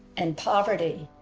and poverty,